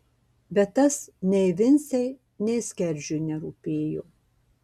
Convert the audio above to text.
bet tas nei vincei nei skerdžiui nerūpėjo